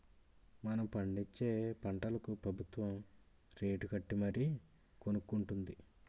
మనం పండించే పంటలకు ప్రబుత్వం రేటుకట్టి మరీ కొనుక్కొంటుంది